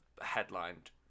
headlined